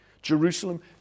Jerusalem